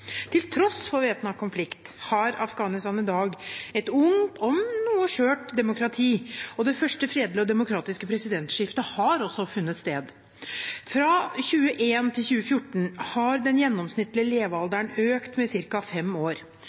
Til tross for væpnet konflikt har Afghanistan i dag et ungt, om enn noe skjørt, demokrati. Det første fredelige og demokratiske presidentskiftet har også funnet sted. Fra 2001 til 2014 har den gjennomsnittlige levealderen økt med ca. fem år.